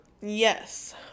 Yes